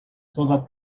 toda